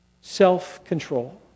self-control